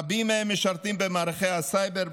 רבים מהם משרתים במערכי הסייבר,